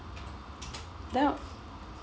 ther~